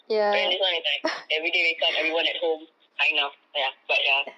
but then this one is like everyday wake up everyone at home kind of ya but ya